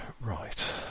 Right